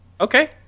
Okay